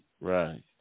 right